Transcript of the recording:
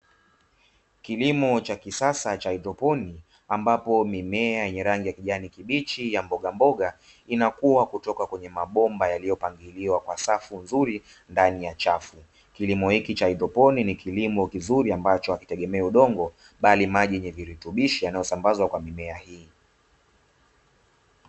Kilimo cha kisasa cha haidroponi ambapo mimea yenye rangi ya kijani kibichi ya mbogamboga, inakua kutoka kwenye mabomba yaliyopangiliwa kwa safu nzuri ndani ya chafu. Kilimo hiki cha haidroponi ni kilimo kizuri ambacho hakitegemei udongo, bali maji yenye virutubishi yanayosambazwa kwa mimea hii.